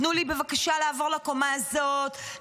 תנו לי בבקשה לעבור לקומה הזאת,